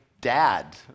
dad